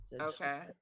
Okay